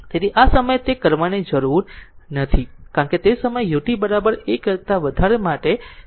તેથી આ તે સમયે તે કરવાની જરૂર નથી કારણ કે તે સમયે ut 1 કરતાં વધારે 0 માટે છે